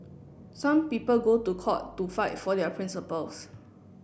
some people go to court to fight for their principles